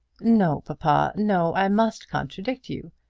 no, papa no i must contradict you.